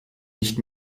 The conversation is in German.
nicht